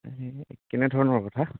এই কেনেধৰণৰ কথা